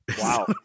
wow